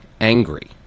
angry